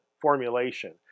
formulation